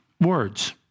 words